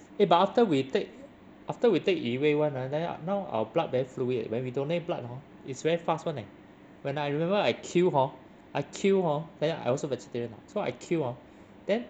eh but after we take after we take yi wei [one] ah then now our blood very fluid when we donate blood hor it's very fast [one] leh when I remember I queue hor I queue hor then I also vegetarian lah so I queue hor then